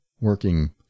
working